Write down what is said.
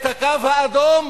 את הקו האדום